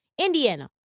indiana